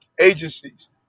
agencies